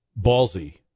ballsy